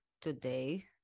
today